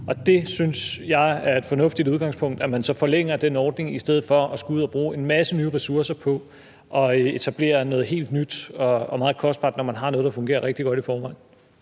Det synes jeg er et fornuftigt udgangspunkt: at man forlænger den ordning i stedet for at skulle ud og bruge en masse nye ressourcer på at etablere noget helt nyt og meget kostbart, når man har noget, der fungerer rigtig godt i forvejen.